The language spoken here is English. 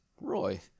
roy